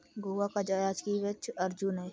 गोवा का राजकीय वृक्ष अर्जुन है